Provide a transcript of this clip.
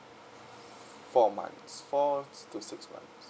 four months four to six months